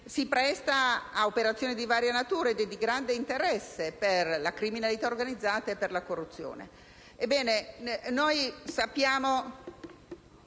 si presta ad operazioni di varia natura ed è di grande interesse per la criminalità organizzata e i corruttori.